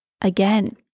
Again